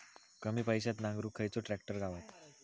कमी पैशात नांगरुक खयचो ट्रॅक्टर गावात?